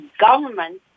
government